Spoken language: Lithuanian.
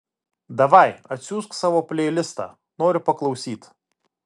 davai atsiųsk savo pleilistą noriu paklausyt